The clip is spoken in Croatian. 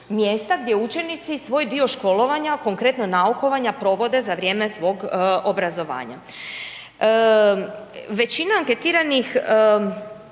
mjesta gdje učenici svoj dio školovanja, konkretno naukovanja provode za vrijeme svog obrazovanja. Većina anketiranih